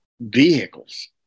vehicles